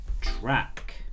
track